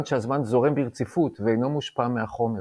שהזמן זורם ברציפות ואינו מושפע מהחומר.